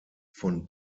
von